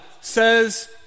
says